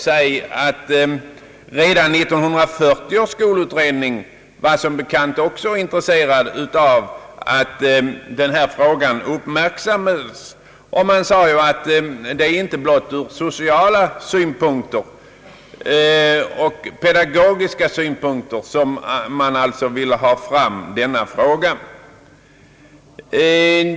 Redan 1940 års skolutredning var som bekant intresserad av att denna fråga uppmärksammades, inte bara ur sociala och pedagogiska synpunkter utan även ur andra synpunkter.